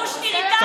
קושניר איתנו.